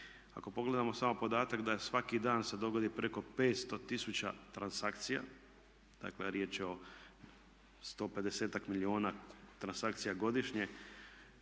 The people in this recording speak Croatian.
Ako pogledamo samo podatak da je svaki dan se dogodi preko 500 000 transakcija, dakle riječ je o sto pedesetak milijuna transakcija godišnje